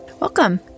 Welcome